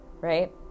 right